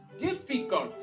difficult